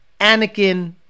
Anakin